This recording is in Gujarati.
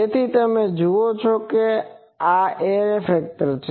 તેથી તમે જુઓ કે આ એરે ફેક્ટર છે